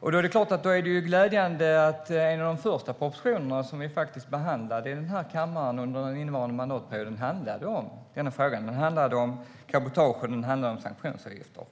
Då är det klart att det är glädjande att en av de första propositioner som vi behandlade i kammaren under innevarande mandatperiod handlade om denna fråga. Den handlade om cabotage och om sanktionsavgifter.